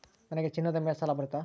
ನನಗೆ ಚಿನ್ನದ ಮೇಲೆ ಸಾಲ ಬರುತ್ತಾ?